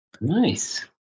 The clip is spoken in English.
nice